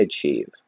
achieve